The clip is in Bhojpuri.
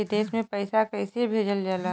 विदेश में पैसा कैसे भेजल जाला?